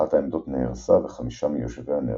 אחת העמדות נהרסה וחמישה מיושביה נהרגו.